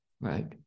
right